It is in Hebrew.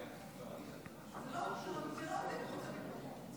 ההצעה להעביר את